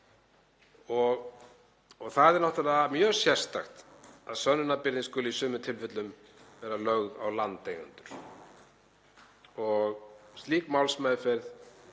Það er náttúrlega mjög sérstakt að sönnunarbyrðin skuli í sumum tilfellum vera lögð á landeigendur. Slík málsmeðferð